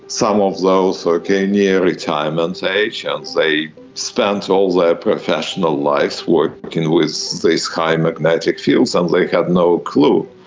some of those are getting near retirement age and they spent all their professional lives working with these kinds of magnetic fields and they had no clue.